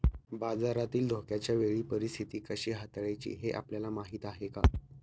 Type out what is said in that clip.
बाजारातील धोक्याच्या वेळी परीस्थिती कशी हाताळायची हे आपल्याला माहीत आहे का?